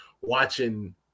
watching